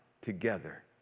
together